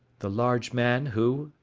the large man who,